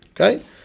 Okay